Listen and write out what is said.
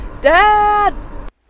dad